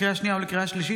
לקריאה שנייה ולקריאה שלישית,